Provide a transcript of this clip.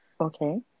okay